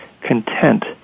content